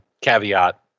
caveat